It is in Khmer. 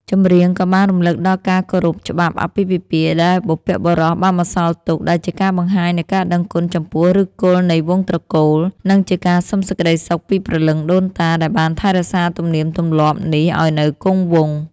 ចម្រៀងក៏បានរំលឹកដល់ការគោរពច្បាប់អាពាហ៍ពិពាហ៍ដែលបុព្វបុរសបានបន្សល់ទុក ដែលជាការបង្ហាញនូវការដឹងគុណចំពោះឫសគល់នៃវង្សត្រកូល និងជាការសុំសេចក្តីសុខពីព្រលឹងដូនតាដែលបានថែរក្សាទំនៀមទម្លាប់នេះឱ្យនៅគង់វង្ស។